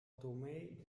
tomé